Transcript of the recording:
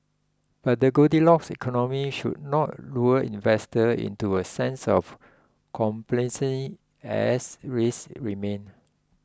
but the goldilocks economy should not lull investors into a sense of complacency as risks remain